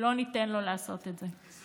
לא ניתן לו לעשות את זה.